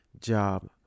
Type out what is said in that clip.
job